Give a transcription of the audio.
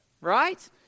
Right